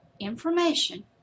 information